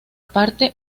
parte